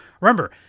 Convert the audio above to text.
Remember